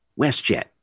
WestJet